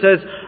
says